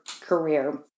career